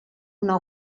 una